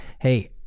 hey